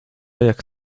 jak